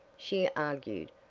she argued,